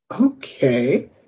Okay